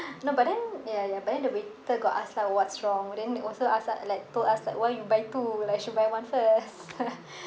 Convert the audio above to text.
no but then ya ya but then the waiter got ask lah what's wrong then also ask ah like told us like why you buy two like should buy one first